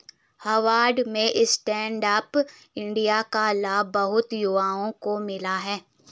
हावड़ा में stand up India का लाभ बहुत युवाओं को मिला